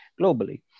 globally